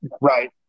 Right